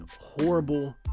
horrible